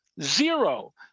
zero